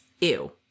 Ew